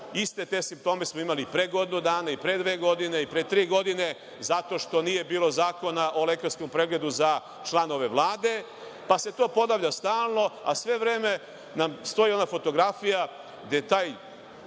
iste simptome smo imali pre godinu dana, pre dve godine, pre tri godine zato što nije bilo zakona o lekarskom pregledu za članove Vlade, pa se to ponavlja stalno, a sve vreme nam stoji ona fotografija gde taj